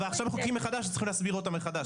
ועכשיו כשמחוקקים מחדש צריך להסביר אותו מחדש,